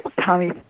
Tommy